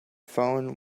phone